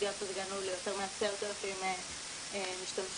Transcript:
הגענו ליותר מ-10,000 משתמשים,